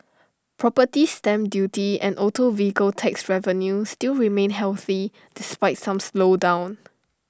property stamp duty and auto vehicle tax revenue still remain healthy despite some slowdown